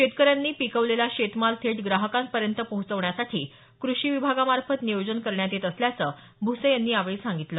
शेतकऱ्यांनी पिकवलेला शेतमाल थेट थ्राहकांपर्यंत पोहचवण्यासाठी कृषी विभागामार्फत नियोजन करण्यात येत असल्याचं भुसे यांनी यावेळी सांगितलं